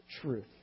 truth